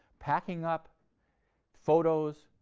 packing up photos,